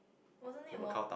wasn't it wa~